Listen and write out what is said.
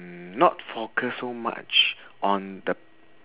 mm not focus so much on the